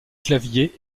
clavier